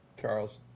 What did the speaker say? Charles